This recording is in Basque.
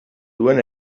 duen